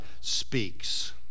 speaks